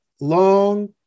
Long